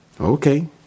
okay